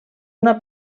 una